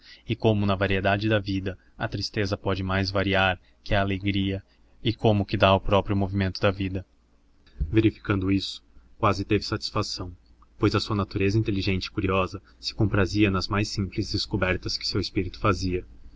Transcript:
e como na variedade da vida a tristeza pode mais variar que a alegria e como que dá o próprio movimento da vida verificando isso quase teve satisfação pois a sua natureza inteligente e curiosa se comprazia nas mais simples descobertas que seu espírito fazia